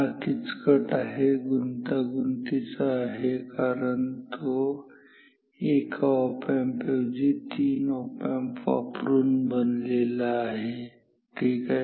हा किचकट आहे गुंतागुंतीचा आहे कारण तो एका ऑप एम्प ऐवजी 3 ऑप एम्प वापरून बनलेला आहे ठीक आहे